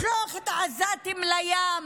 לשלוח את העזתים לים.